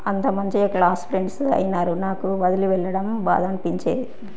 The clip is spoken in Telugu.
అంత మంచిగా క్లాస్ ఫ్రెండ్స్ అయినారు నాకు వదిలి వెళ్ళడం బాధ అనిపించేది